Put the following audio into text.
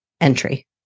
entry